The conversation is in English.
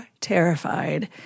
terrified